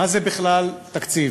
מה זה בכלל תקציב?